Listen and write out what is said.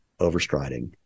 overstriding